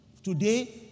Today